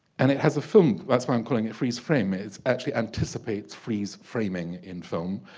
and it has a film that's why i'm calling it freeze frame is actually anticipates freeze framing in film